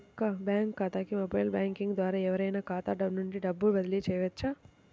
నా యొక్క బ్యాంక్ ఖాతాకి మొబైల్ బ్యాంకింగ్ ద్వారా ఎవరైనా ఖాతా నుండి డబ్బు బదిలీ చేయవచ్చా?